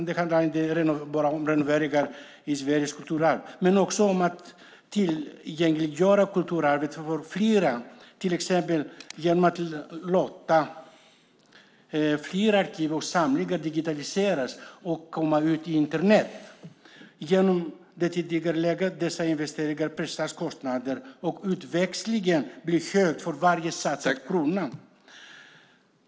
Det kan handla om renoveringar av Sveriges kulturarv, men också om att tillgängliggöra kulturarvet för fler, till exempel genom att låta fler arkiv och samlingar digitaliseras och komma ut på Internet. Genom att tidigarelägga dessa investeringar pressas kostnader, och utväxlingen blir hög för varje satsad krona.